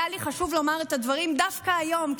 היה לי חשוב לומר את הדברים דווקא היום,